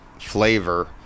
flavor